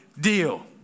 deal